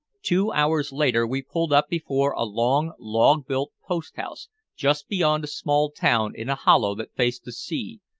two hours later we pulled up before a long log-built post-house just beyond a small town in a hollow that faced the sea,